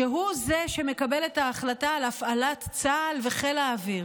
שהוא זה שמקבל את ההחלטה על הפעלת צה"ל וחיל האוויר.